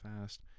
fast